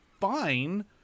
fine